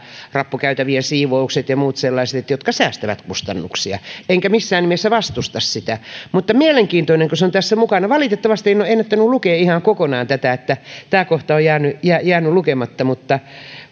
rappukäytävien siivoukset ja muut sellaiset mikä säästää kustannuksia enkä missään nimessä vastusta sitä mielenkiintoista kun se on tässä mukana valitettavasti en ole ennättänyt lukea ihan kokonaan tätä tämä kohta on jäänyt lukematta mutta